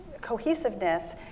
cohesiveness